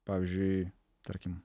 pavyzdžiui tarkim